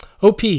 OP